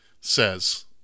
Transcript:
says